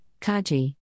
kaji